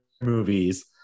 movies